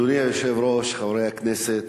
אדוני היושב-ראש, חברי הכנסת,